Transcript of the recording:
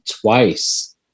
twice